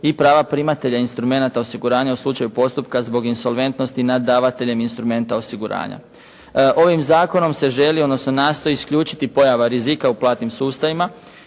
i prava primatelja instrumenata osiguranja u slučaju postupka zbog insolventnosti nad davateljem instrumenta osiguranja. Ovim zakonom se želi, odnosno nastoji isključiti pojava rizika u platnim sustavima